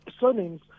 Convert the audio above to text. surnames